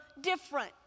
different